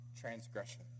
transgression